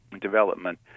development